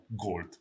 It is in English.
gold